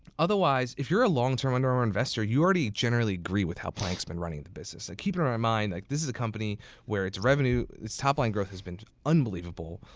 otherwise, if you're a long-term under armour investor, you already generally agree with how plank's been running the business. and keep in mind, like this is a company where its revenue, its top-line growth has been unbelievable.